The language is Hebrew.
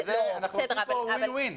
אנחנו עושים כאן וין-וין.